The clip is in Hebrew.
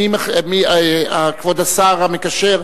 כבוד השר המקשר,